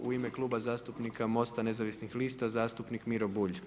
U ime Kluba zastupnika MOST-a nezavisnih lista zastupnik Miro Bulj.